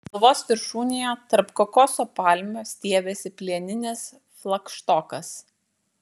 kalvos viršūnėje tarp kokoso palmių stiebėsi plieninis flagštokas